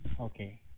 Okay